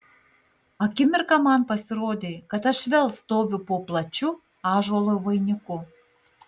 akimirką man pasirodė kad aš vėl stoviu po plačiu ąžuolo vainiku